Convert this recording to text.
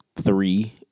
three